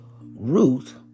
Ruth